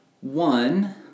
one